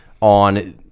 on